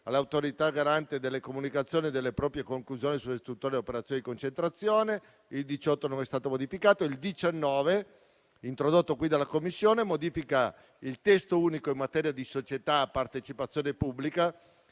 all'Autorità garante delle comunicazioni delle proprie conclusioni sulle istruttorie sulle operazioni di concentrazione. L'articolo 18 non è stato modificato. L'articolo 19, introdotto dalla Commissione, modifica il Testo unico in materia di società a partecipazione pubblica,